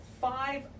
five